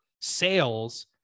sales